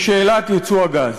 בשאלת ייצוא הגז,